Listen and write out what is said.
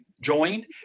joined